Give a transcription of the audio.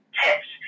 tips